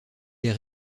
des